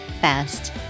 fast